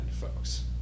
folks